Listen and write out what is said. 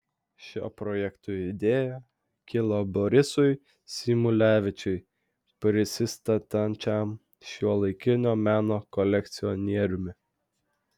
šio projekto idėja kilo borisui symulevičiui prisistatančiam šiuolaikinio meno kolekcionieriumi